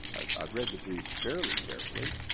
i've i've read the briefs fairly carefully,